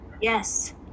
Yes